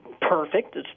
perfect